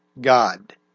God